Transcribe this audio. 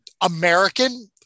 American